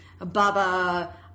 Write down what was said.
Baba